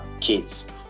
kids